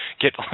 get